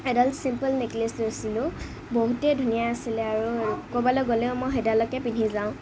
এডাল simple necklace লৈছিলোঁ বহুতেই ধুনীয়া আছিলে আৰু ক'ৰবালৈ গ'লেও মই সেইডালকে পিন্ধি যাওঁ